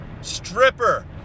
Stripper